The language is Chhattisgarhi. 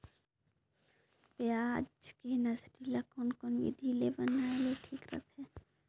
पियाज के नर्सरी ला कोन कोन विधि ले बनाय ले ठीक रथे?